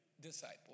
disciple